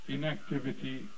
Inactivity